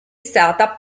stata